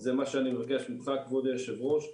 זה מה שאני מבקש ממך כבוד יושב הראש.